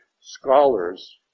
scholars